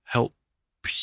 Help